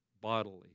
bodily